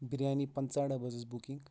بِریانی پنٛژہ ڈَبہٕ حظ ٲس بُکِنٛگ